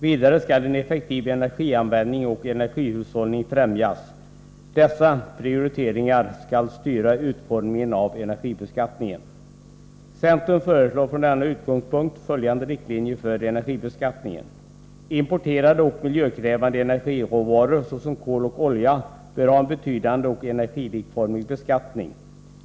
Vidare skall en effektivare energianvändning och energihushållning främjas. Dessa prioriteringar skall styra utformningen av energibeskattningen. Centern föreslår från denna utgångspunkt följande riktlinjer för energibeskattningen. Importerade och miljökrävande energiråvaror, såsom kol och olja, bör ha en betydande och energilikformig beskattning.